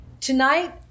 tonight